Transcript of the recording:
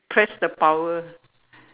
press the power